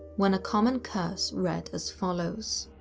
when a common curse read as follows